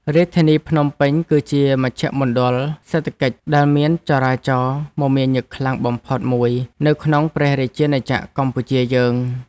រាជធានីភ្នំពេញគឺជាមជ្ឈមណ្ឌលសេដ្ឋកិច្ចដែលមានចរាចរណ៍មមាញឹកខ្លាំងបំផុតមួយនៅក្នុងព្រះរាជាណាចក្រកម្ពុជាយើង។